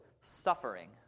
suffering